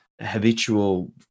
habitual